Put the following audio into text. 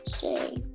say